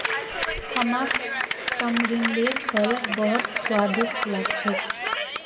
हमाक तमरिंदेर फल बहुत स्वादिष्ट लाग छेक